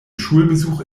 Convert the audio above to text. schulbesuch